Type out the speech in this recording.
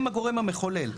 הם הגורם המחולל.